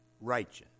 righteous